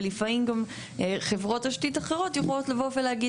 ולפעמים גם חברות תשתית אחרות יכולות לבוא ולהגיד